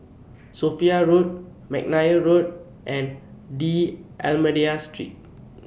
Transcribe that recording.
Sophia Road Mcnair Road and D'almeida Street